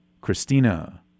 Christina